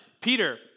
Peter